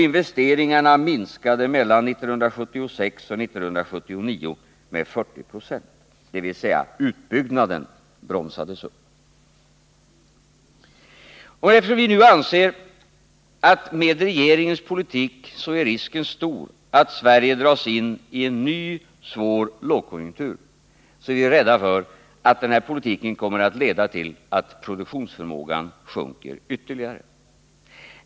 Investeringarna minskade mellan 1976 och 1979 med 40 96, dvs. utbyggnaden bromsades upp. Eftersom vi nu anser att med regeringens politik är risken stor att Sverige drasin i en ny svår lågkonjunktur är vi rädda för att den politiken kommer att leda till att produktionsförmågan sjunker ytterligare.